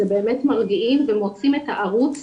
אנחנו מרגישים ומוצאים את הערוץ